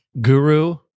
guru